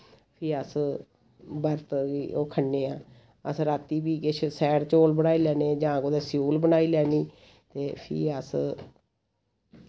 फ्ही अस बरत गी ओह् खन्ने आं अस रातीं फ्ही किश सैड़ चौल बनाई लैन्ने जां कुदै स्यूल बनाई लैनी ते फ्ही अस